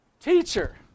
Teacher